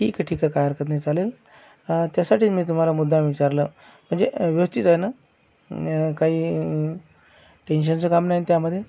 ठीक आहे ठीक आहे काय हरकत नाही चालेल त्यासाठीच मी तुमहाला मुद्दाम विचारलं म्हणजे व्यवस्थित आहे ना काई टेन्शनचं काम नाही नं त्यामध्ये